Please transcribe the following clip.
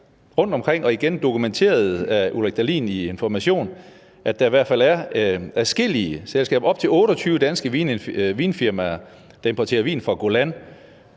rundtomkring, igen dokumenteret af Ulrik Dahlin i Information, at der i hvert fald er adskillige selskaber – op til 28 danske vinfirmaer – der importerer vin fra Golan.